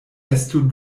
estu